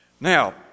Now